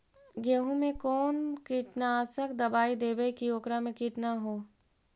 गेहूं में कोन कीटनाशक दबाइ देबै कि ओकरा मे किट न हो?